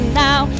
now